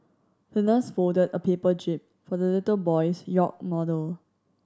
the nurse folded a paper jib for the little boy's yacht model